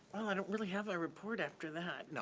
i don't really have a report after that.